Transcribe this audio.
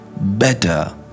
better